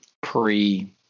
pre